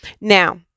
Now